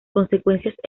consecuencias